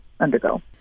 undergo